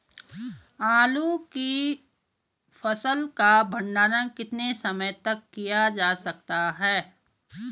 आलू की फसल का भंडारण कितने समय तक किया जा सकता है?